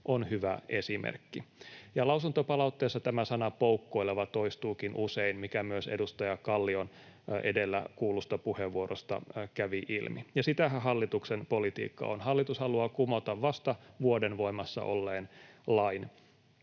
on hyvä esimerkki.” Lausuntopalautteessa tämä sana ”poukkoileva” toistuukin usein, mikä myös edustaja Kallion edellä kuullusta puheenvuorosta kävi ilmi. Ja sitähän hallituksen politiikka on. Hallitus haluaa kumota vasta vuoden voimassa olleen lain.